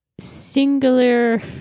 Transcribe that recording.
singular